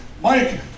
Mike